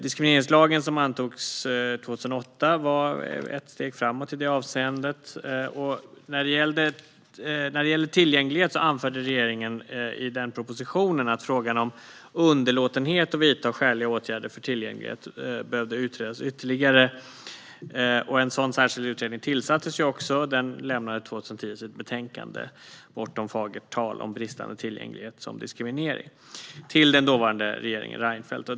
Diskrimineringslagen som antogs 2008 var ett steg framåt i det avseendet. När det gäller tillgänglighet anförde regeringen i den propositionen att frågan om underlåtenhet att vidta skäliga åtgärder för tillgänglighet behövde utredas ytterligare. En sådan särskild utredning tillsattes också, och den lämnade 2010 sitt betänkande Bortom fagert tal - om bristande tillgänglighet som diskriminering till den dåvarande regeringen Reinfeldt.